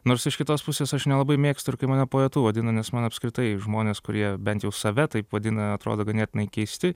nors iš kitos pusės aš nelabai mėgstu ir kai mane poetu vadina nes man apskritai žmonės kurie bent jau save taip vadina atrodo ganėtinai keisti